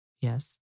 Yes